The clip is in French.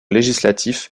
législatif